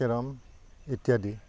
carrom ইত্যাদি